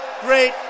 great